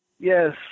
Yes